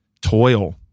toil